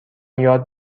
یاد